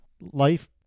life